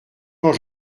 quand